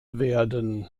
werden